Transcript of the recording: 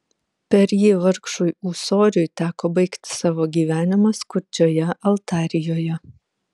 per jį vargšui ūsoriui teko baigti savo gyvenimą skurdžioje altarijoje